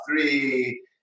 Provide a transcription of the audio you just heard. three